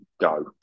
go